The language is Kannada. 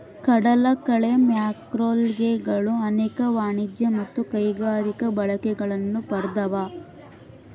ಕಡಲಕಳೆ ಮ್ಯಾಕ್ರೋಲ್ಗೆಗಳು ಅನೇಕ ವಾಣಿಜ್ಯ ಮತ್ತು ಕೈಗಾರಿಕಾ ಬಳಕೆಗಳನ್ನು ಪಡ್ದವ